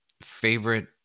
favorite